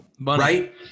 Right